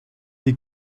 die